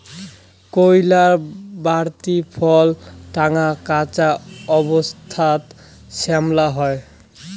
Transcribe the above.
কইল্লার বাড়তি ফল ঢাঙা, কাঁচা অবস্থাত শ্যামলা হই